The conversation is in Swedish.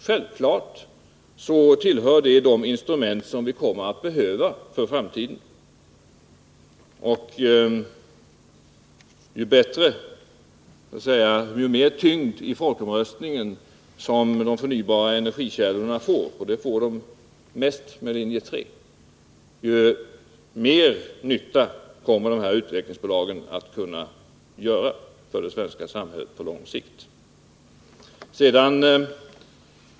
Självfallet tillhör dessa de instrument som vi kommer att behöva för framtiden. Ju mer tyngd i folkomröstningen som de förnybara energikällorna får — och det får de mest med linje 3 —, desto mer nytta kommer de här utvecklingsbolagen att kunna göra för det svenska samhället på lång sikt.